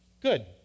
Good